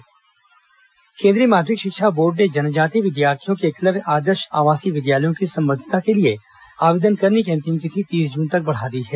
एकलव्य विद्यालय आवेदन केन्द्रीय माध्यमिक शिक्षा बोर्ड ने जनजातीय विद्यार्थियों के एकलव्य आदर्श आवासीय विद्यालयों की संबद्धता के लिए आवेदन करने की अंतिम तिथि तीस जून तक बढ़ा दी है